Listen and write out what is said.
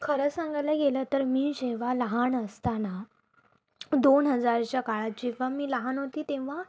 खरं सांगायला गेलं तर मी जेव्हा लहान असताना दोन हजारच्या काळात जेव्हा मी लहान होती तेव्हा